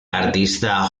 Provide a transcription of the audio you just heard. artista